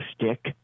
stick